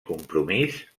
compromís